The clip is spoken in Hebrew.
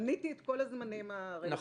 מניתי את כל הזמנים הרלוונטיים.